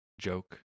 joke